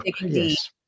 Yes